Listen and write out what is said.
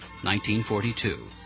1942